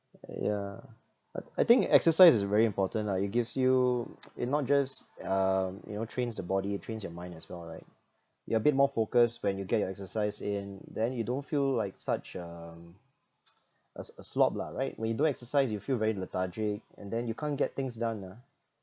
yeah I I think exercise is very important lah it gives you it not just uh you know trains the body it trains your mind as well right you're a bit more focused when you get your exercise in then you don't feel like such um a a slob lah right when you don't exercise you feel very lethargic and then you can't get things done ah